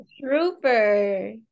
trooper